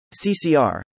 CCR